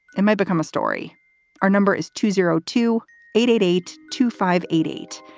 it might become a story our number is two zero two eight eight eight two five eight eight.